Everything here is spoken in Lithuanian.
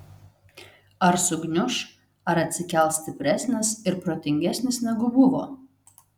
ar sugniuš ar atsikels stipresnis ir protingesnis negu buvo